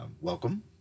welcome